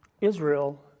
Israel